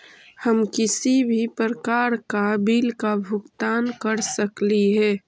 हम किसी भी प्रकार का बिल का भुगतान कर सकली हे?